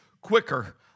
quicker